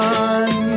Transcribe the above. one